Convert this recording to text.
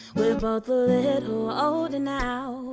we're both a little older now